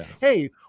hey